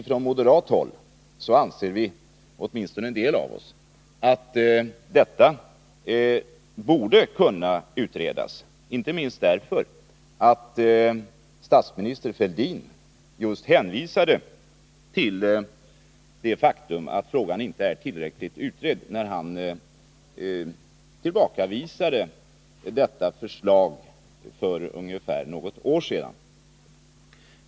Från moderat håll anser vi — åtminstone en del av oss — att detta borde kunna utredas, inte minst därför att statsminister Fälldin åberopade just det faktum att frågan inte är tillräckligt utredd när han tillbakavisade ett sådant förslag för något år sedan.